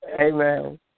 Amen